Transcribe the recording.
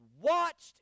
Watched